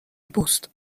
پست